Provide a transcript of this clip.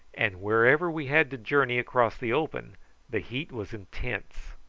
and wherever we had to journey across the open the heat was intense.